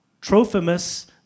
trophimus